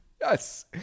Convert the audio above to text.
yes